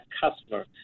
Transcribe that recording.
customer